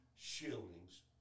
Shillings